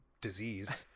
disease